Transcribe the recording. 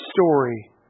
story